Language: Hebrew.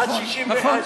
נכון.